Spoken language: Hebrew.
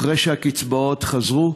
אחרי שהקצבאות חזרו,